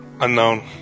unknown